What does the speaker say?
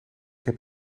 heb